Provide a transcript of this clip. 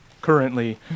currently